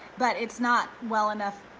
but it's not well enough,